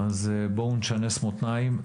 אז בואו נשנס מותניים.